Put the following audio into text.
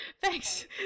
thanks